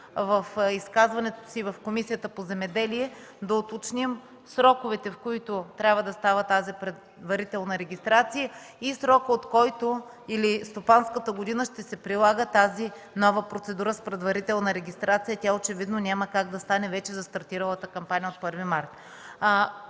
в изказването си в Комисията по земеделието и храните, е да уточним сроковете, в които трябва да става тази предварителна регистрация и стопанската година, от която ще се прилага новата процедура с предварителна регистрация. Тя очевидно няма как да стане вече за стартиралата кампания от 1 март.